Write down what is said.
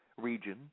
region